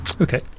Okay